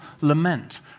lament